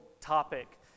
topic